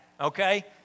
okay